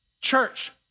Church